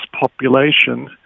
population